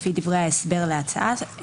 לפי דברי ההסבר להצעה הזאת,